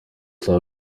saa